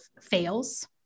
fails